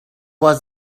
was